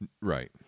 Right